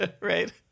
right